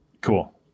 Cool